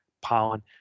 pollen